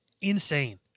insane